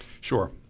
sure